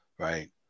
Right